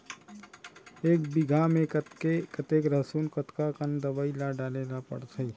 एक बीघा में कतेक लहसुन कतका कन दवई ल डाले ल पड़थे?